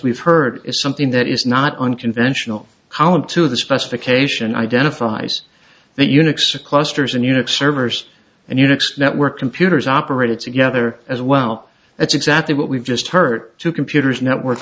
we've heard is something that is not unconventional how to the specification identifies that unix or clusters and unix servers and unix network computers operated together as well that's exactly what we've just heard two computers networked